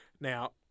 Now